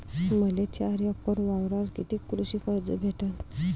मले चार एकर वावरावर कितीक कृषी कर्ज भेटन?